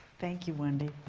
thank you, wendy,